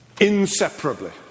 inseparably